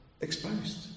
exposed